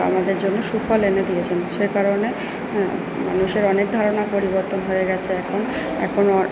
আমাদের জন্য সুফল এনে দিয়েছেন সেই কারণে হ্যাঁ মানুষের অনেক ধারণার পরিবর্তন হয়ে গেছে এখন এখনও